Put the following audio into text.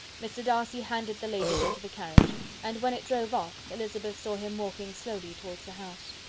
mr. darcy handed the ladies into the carriage and when it drove off, elizabeth saw him walking slowly towards the house.